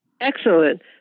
Excellent